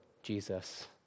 Jesus